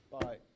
Bye